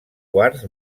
quars